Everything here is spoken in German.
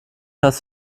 hast